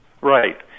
Right